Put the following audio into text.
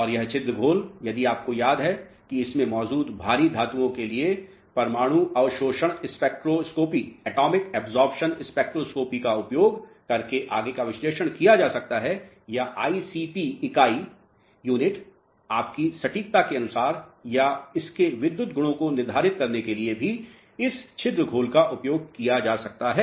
और यह छिद्र घोल यदि आपको याद है कि इसमें मौजूद भारी धातुओं के लिए परमाणु अवशोषण स्पेक्ट्रोस्कोपी का उपयोग करके आगे का विश्लेषण किया जा सकता है या आईसीपी इकाई आपकी सटीकता के अनुसार या इसके विद्युत गुणों को निर्धारित करने के लिए भी इस छिद्र घोल का उपयोग किया जा सकता है